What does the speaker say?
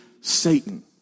Satan